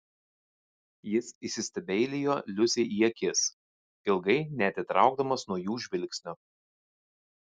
jis įsistebeilijo liusei į akis ilgai neatitraukdamas nuo jų žvilgsnio